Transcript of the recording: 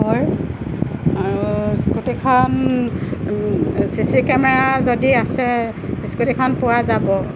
আৰু স্কুটিখন C C camera যদি আছে স্কুটিখন পোৱা যাব